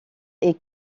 est